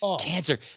Cancer